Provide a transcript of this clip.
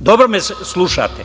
Dobro me slušajte.